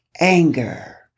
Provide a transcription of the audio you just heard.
anger